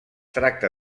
tracta